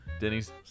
Denny's